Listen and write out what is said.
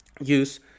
use